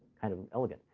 kind of elegant.